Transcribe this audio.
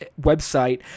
website